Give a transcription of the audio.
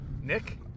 Nick